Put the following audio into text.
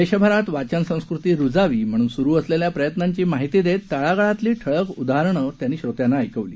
देशभरात वाचन संस्कृती रुजावी म्हणून सुरु असलेल्या प्रयत्नांची माहिती देत तळागाळातली ठळक उदाहरणं त्यांनी श्रोत्यांना ऐकवली